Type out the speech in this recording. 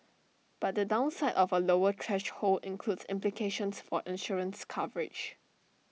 but the downside of A lower threshold includes implications for insurance coverage